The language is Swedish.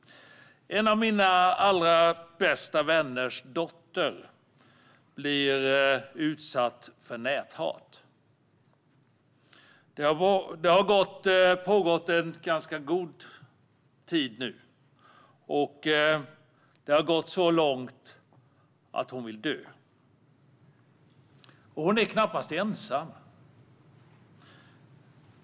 En av mina allra bästa vänners dotter blir utsatt för näthat. Det har pågått en ganska god tid nu. Det har gått så långt att hon vill dö. Hon är knappast ensam.